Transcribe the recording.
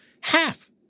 half